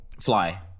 fly